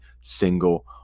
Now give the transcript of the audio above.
single